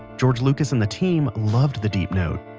george lucas and the team loved the deep note,